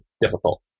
difficult